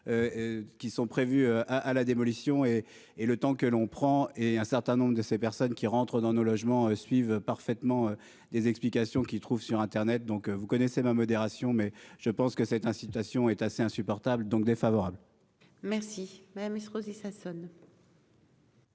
Qui sont prévues à à la démolition et et le temps que l'on prend et un certain nombre de ces personnes qui rentrent dans nos logements suivent parfaitement. Des explications qui trouve sur internet, donc vous connaissez ma modération mais je pense que cette incitation est assez insupportable donc défavorable. Merci madame Estrosi Sassone.